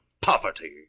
poverty